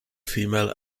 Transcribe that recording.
female